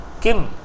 Kim